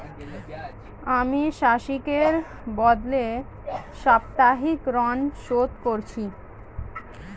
আমি মাসিকের বদলে সাপ্তাহিক ঋন শোধ করছি